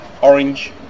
orange